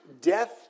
death